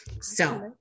So-